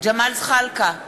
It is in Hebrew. ג'מאל זחאלקה,